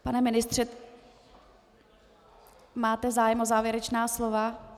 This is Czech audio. Pane ministře, máte zájem o závěrečné slovo?